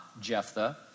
Jephthah